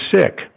sick